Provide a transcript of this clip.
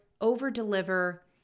over-deliver